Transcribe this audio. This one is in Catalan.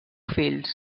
fills